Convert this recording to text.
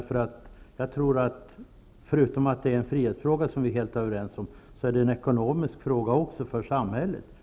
Förutom att det handlar om en frihetsfråga, vilket vi är överens om, är det också en ekonomisk fråga för samhället.